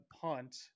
punt